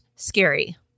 Scary